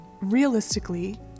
Realistically